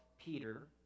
Peter